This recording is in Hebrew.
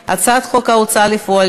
ההצעה להעביר את הצעת חוק ההוצאה לפועל